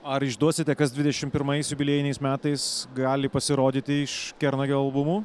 ar išduosite kas dvidešim pirmais jubiliejiniais metais gali pasirodyti iš kernagio albumų